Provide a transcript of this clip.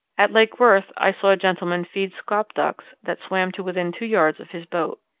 at lake worth i saw a gentleman feed scaup ducks that swam to within two yards of his boat.